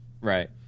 Right